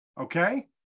Okay